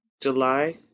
July